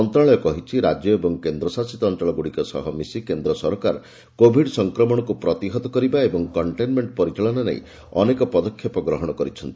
ମନ୍ତ୍ରଣାଳୟ କହିଛି ରାଜ୍ୟ ଏବଂ କେନ୍ଦଶାସିତ ଅଂଚଳଗ୍ରଡିକ ସହ ମିଶି କେନ୍ଦ ସରକାର କୋଭିଡ୍ ସଂକ୍ରମଣକୁ ପ୍ରତିହତ କରିବା ଏବଂ କଂଟେନମେଂଟ ପରିଚାଳନା ନେଇ ଅନେକ ପଦକ୍ଷେପ ଗ୍ରହଣ କରିଛନ୍ତି